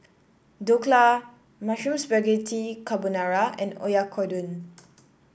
Dhokla Mushroom Spaghetti Carbonara and Oyakodon